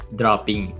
dropping